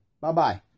Bye-bye